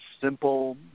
simple